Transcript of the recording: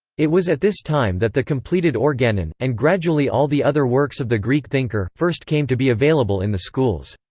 it was at this time that the completed organon, and gradually all the other works of the greek thinker, first came to be available in the schools.